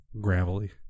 gravelly